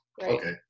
Okay